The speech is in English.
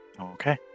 Okay